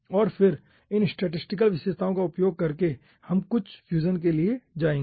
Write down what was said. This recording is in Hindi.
और फिर इन स्टैटिस्टिकल विशेषताओं का उपयोग करके हम कुछ फ्यूजन के लिए जाएंगे